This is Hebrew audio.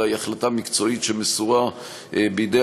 אלא היא החלטה מקצועית שמסורה בידי